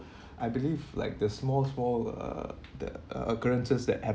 I believe like the small small uh the uh occurrences that